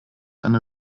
eine